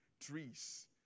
trees